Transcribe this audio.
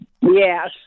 Yes